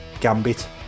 Gambit